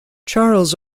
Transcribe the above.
charles